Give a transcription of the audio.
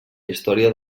història